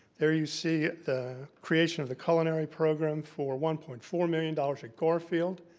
there you see the creation of the culinary program for one point four million dollars at gar-field,